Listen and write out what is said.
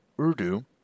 Urdu